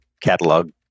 catalog